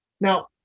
Now